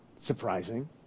surprising